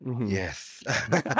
Yes